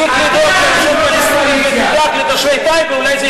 כשתפסיק לייעץ, לא, יושב-ראש הקואליציה.